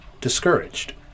discouraged